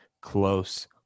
close